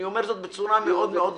אני אומר את זה בצורה ברורה מאוד.